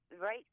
right